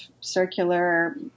circular